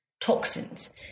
toxins